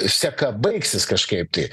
seka baigsis kažkaip tai